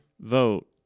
vote